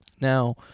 Now